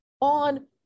on